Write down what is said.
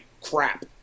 crap